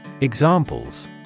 Examples